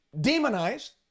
demonized